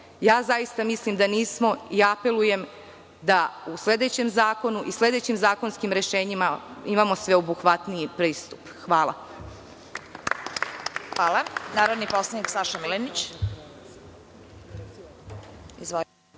Zaista mislim da nisu i apelujem da u sledećem zakonu i sledećim zakonskim rešenjima imamo sveobuhvatniji pristup. Hvala. **Vesna Kovač** Reč ima narodni poslanik Saša Milenić.